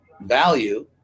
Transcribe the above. Value